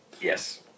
Yes